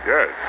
Yes